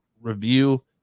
review